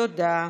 תודה.